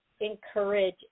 encourage